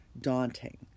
daunting